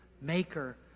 maker